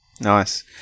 Nice